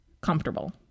comfortable